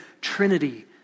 Trinity